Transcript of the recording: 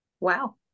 wow